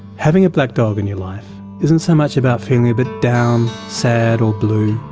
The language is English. having a black dog in your life isn't so much about feeling a bit down, sad or blue.